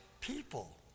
people